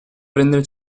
prendere